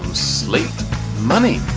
sleep money